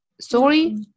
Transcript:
Sorry